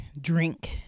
drink